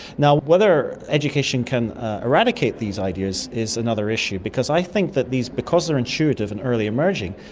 now whether education can eradicate these ideas is another issue, because i think that these, because they're intuitive and early emerging,